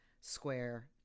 square